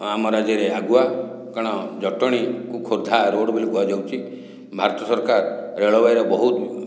ଆମ ରାଜ୍ୟରେ ଆଗୁଆ କାରଣ ଜଟଣୀକୁ ଖୋର୍ଦ୍ଧା ରୋଡ଼ ବୋଲି କୁହାଯାଉଛି ଭାରତ ସରକାର ରେଳବାହୀର ବହୁତ